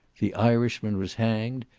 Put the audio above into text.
the irishman was hanged,